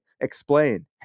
Explain